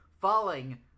falling